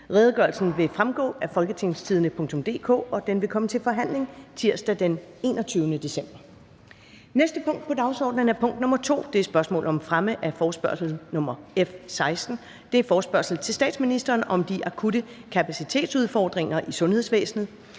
Redegørelsen vil fremgå af www.folketingstidende.dk. Redegørelsen vil komme til forhandling tirsdag den 21. december 2021. --- Det næste punkt på dagsordenen er: 2) Spørgsmål om fremme af forespørgsel nr. F 16: Forespørgsel til statsministeren om de akutte kapacitetsudfordringer i sundhedsvæsenet.